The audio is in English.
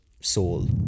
soul